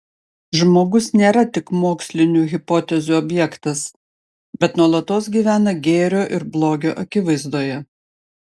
žmogus nėra tik mokslinių hipotezių objektas bet nuolatos gyvena gėrio ir blogio akivaizdoje